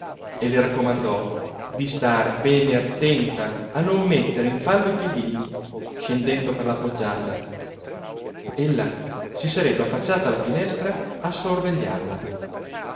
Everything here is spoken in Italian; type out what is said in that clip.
e le raccomandò di star bene attenta a non mettere in fallo i piedini scendendo per la poggiata ella si sarebbe affacciata alla finestra a sorvegliarla